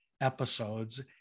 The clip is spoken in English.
episodes